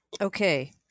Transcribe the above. Okay